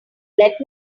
let